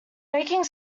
baking